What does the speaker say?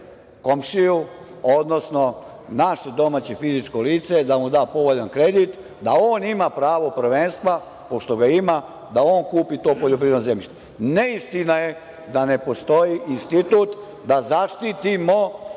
komšiju odnosno naše domaće fizičko lice da mu da povoljan kredit da on ima pravo prvenstva, pošto ga ima, da on kupi to poljoprivredno zemljište. Neistina je da ne postoji institut da zaštitimo